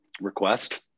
request